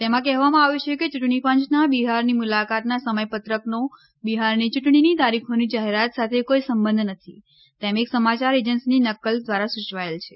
તેમાં કહેવામાં આવ્યું છે કે યૂટણીપંચનાં બિહારની મુલાકાતના સમયપત્રકનો બિહારની ચૂંટણીની તારીખોની જાહેરાત સાથે કોઇ સંબંધ નથી તેમ એક સમાચાર એજન્સીની નકલ દ્વારા સૂચવાયેલ છે